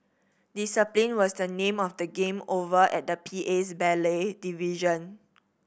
discipline was the name of the game over at the PA's ballet division